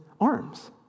arms